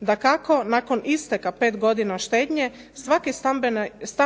Dakako, nakon isteka 5 godina štednja svaki stambeni štediša